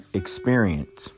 experience